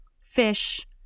fish